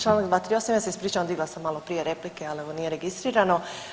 Hvala, ma ja se ispričavam digla sam malo prije replike, ali evo nije registrirano.